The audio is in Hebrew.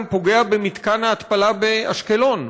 הוא פוגע גם במתקן ההתפלה באשקלון,